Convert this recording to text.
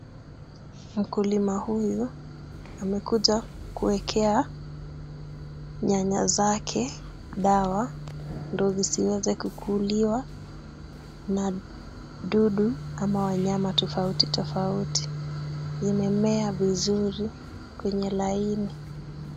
Mkulima huyu amekuja kuwekea nyanya zake dawa ndio zisiweze kukuliwa na dudu ama wanyama tofauti tofauti. Zimemea vizuri kwenye laini .